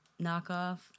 knockoff